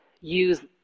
use